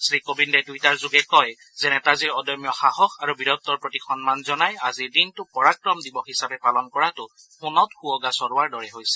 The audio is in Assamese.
শ্ৰীকোবিন্দে টুইটাৰযোগে কয় যে নেতাজীৰ অদম্য সাহস আৰু বীৰত্বৰ প্ৰতি সন্মান জনাই আজিৰ দিনটো পৰাক্ৰম দিৱস হিচাপে পালন কৰাটো সোণত সূবগা চৰোৱাৰ দৰে হৈছে